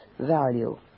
value